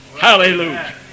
Hallelujah